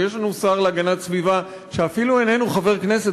ויש לנו שר להגנת הסביבה שאפילו איננו חבר כנסת